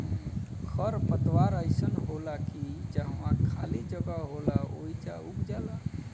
खर पतवार अइसन होला की जहवा खाली जगह होला ओइजा उग जाला